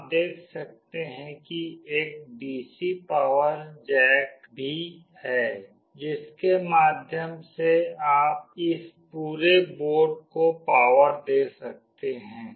आप देख सकते हैं कि एक डीसी पावर जैक भी है जिसके माध्यम से आप इस पूरे बोर्ड को पावर दे सकते हैं